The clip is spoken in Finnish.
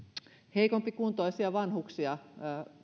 heikompikuntoisia vanhuksia